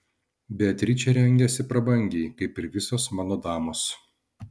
beatričė rengiasi prabangiai kaip ir visos mano damos